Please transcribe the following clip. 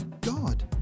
god